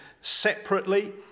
separately